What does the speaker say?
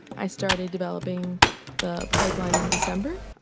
i started developing the pipeline in december.